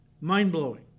Mind-blowing